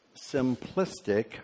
simplistic